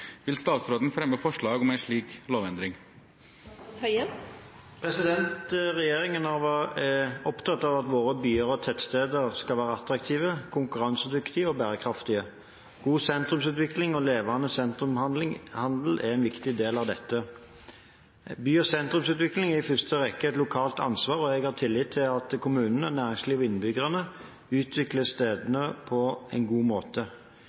Vil statsråden fremme forslag om en slik lovendring?» Regjeringen er opptatt av at våre byer og tettsteder skal være attraktive, konkurransedyktige og bærekraftige. God sentrumsutvikling og levende sentrumshandel er en viktig del av dette. By- og sentrumsutvikling er i første rekke et lokalt ansvar, og jeg har tillit til at kommunene, næringslivet og innbyggerne utvikler stedene på en god måte.